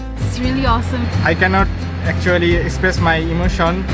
it's really awesome. i cannot actually ah express my emotion.